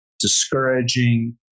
discouraging